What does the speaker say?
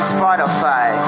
Spotify